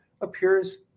appears